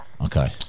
Okay